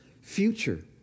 future